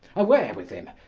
away with him,